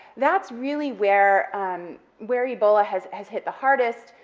that's really where um where ebola has has hit the hardest,